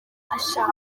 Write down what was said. ashaka